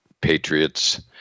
Patriots